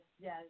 yes